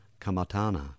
Kamatana